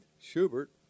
schubert